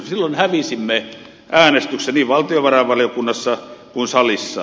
silloin hävisimme äänestyksessä niin valtiovarainvaliokunnassa kuin salissa